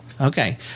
Okay